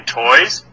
toys